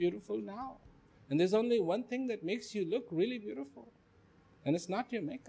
beautiful now and there's only one thing that makes you look really beautiful and it's not you make